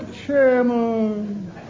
Chairman